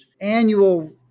annual